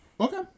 Okay